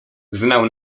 znał